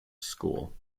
school